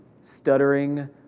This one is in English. stuttering